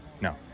no